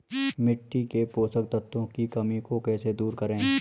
मिट्टी के पोषक तत्वों की कमी को कैसे दूर करें?